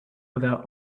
without